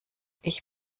ich